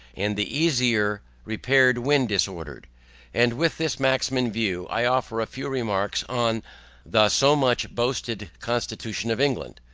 and the easier repaired when disordered and with this maxim in view, i offer a few remarks on the so much boasted constitution of england.